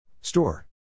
Store